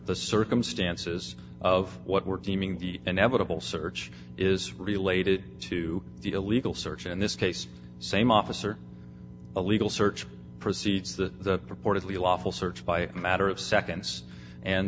the circumstances of what we're deeming the inevitable search is related to the illegal search in this case same officer illegal search proceeds that purportedly lawful search by a matter of seconds and